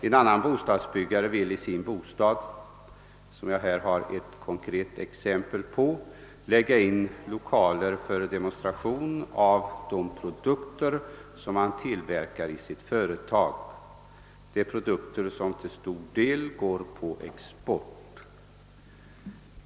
En annan bostadsbyggare vill däremot i sin bostad — vilket jag här har ett konkret exempel på — lägga in 1okaler för demonstration av de produkter som han tillverkar i sitt företag. Det är produkter som till stor del går på export.